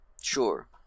Sure